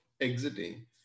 exiting